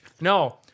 No